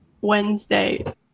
Wednesday